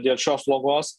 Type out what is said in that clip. dėl šios slogos